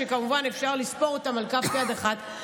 שכמובן אפשר לספור אותם על כף יד אחת,